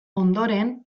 ondoren